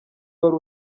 wari